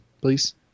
please